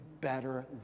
better